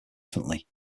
differently